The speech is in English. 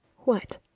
what,